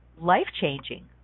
life-changing